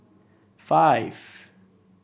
five